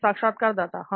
साक्षात्कारदाता हां